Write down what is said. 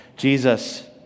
Jesus